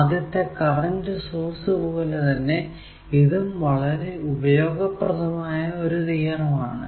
ആദ്യത്തെ current source പോലെ തന്നെ ഇതും വളരെ ഉപയോഗപ്രദമായ ഒരു തിയറം ആണ്